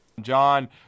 John